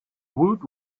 woot